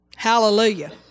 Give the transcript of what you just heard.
Hallelujah